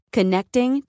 Connecting